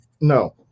No